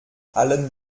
allen